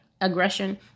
aggression